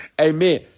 Amen